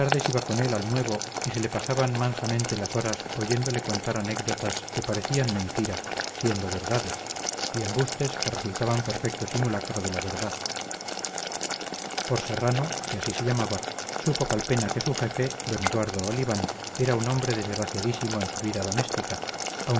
iba con él al nuevo y se le pasaban mansamente las horas oyéndole contar anécdotas que parecían mentira siendo verdades y embustes que resultaban perfecto simulacro de la verdad por serrano supo calpena que su jefe d eduardo oliván era un hombre desgraciadísimo en su vida doméstica